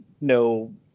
no